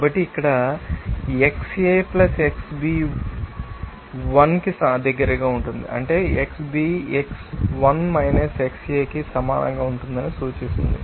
కాబట్టి ఇక్కడ XA XB 1 కి దగ్గరగా ఉంటుంది అంటే XB 1 XA కి సమానంగా ఉంటుందని సూచిస్తుంది